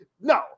No